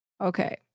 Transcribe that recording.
Okay